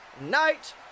Night